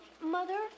Mother